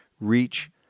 Reach